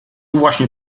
właśnie